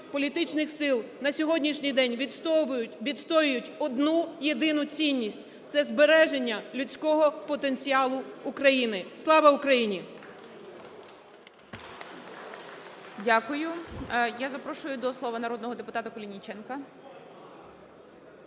політичних сил на сьогоднішній день відстоюють одну єдину цінність – це збереження людського потенціалу України. Слава Україні! ГОЛОВУЮЧИЙ. Дякую. Я запрошую до слова народного депутата Куліченка.